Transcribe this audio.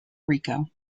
rico